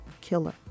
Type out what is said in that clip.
killer